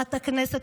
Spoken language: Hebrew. לחברת הכנסת,